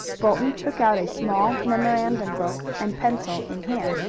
bolton took out a small memorandum-book, and, pencil in hand,